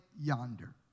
yonder